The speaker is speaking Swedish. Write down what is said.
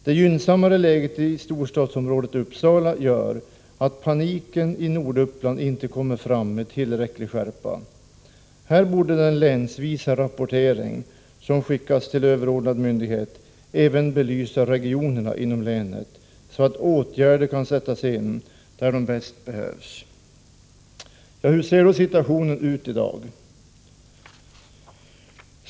Det gynnsammare läget i storstadsområdet Uppsala gör att paniken i Norduppland inte kommer fram med tillräcklig skärpa. Här borde den länsvisa rapportering som skickas till överordnad myndighet även belysa regionerna inom länet, så att åtgärder kan sättas in där de bäst behövs. Hur ser då situationen ut i dag?